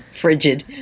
frigid